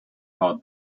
thought